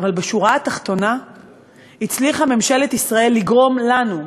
אבל בשורה התחתונה הצליחה ממשלת ישראל לגרום לנו,